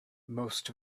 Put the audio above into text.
most